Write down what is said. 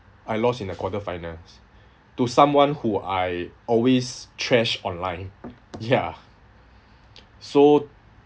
I lost in the quarter finals to someone who I always trash online ya so